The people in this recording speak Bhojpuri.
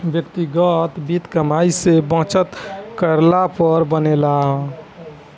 व्यक्तिगत वित्त कमाई से बचत करला पर बनेला